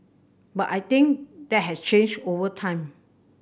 but I think that has changed over time